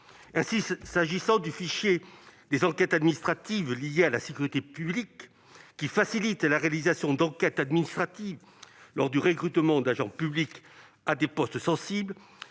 Ainsi, concernant le fichier des enquêtes administratives liées à la sécurité publique, qui facilite la réalisation d'enquêtes administratives lors du recrutement d'agents publics à des postes sensibles,